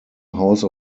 house